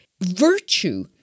virtue